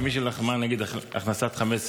כמי שלחמה נגד הכנסת חמץ